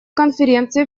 конференции